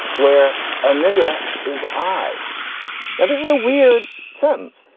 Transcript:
where a nigga is. i know this is a weird sentence.